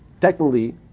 technically